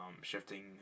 shifting